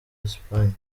esipanye